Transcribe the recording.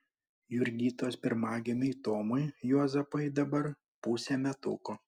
jurgitos pirmagimiui tomui juozapui dabar pusė metukų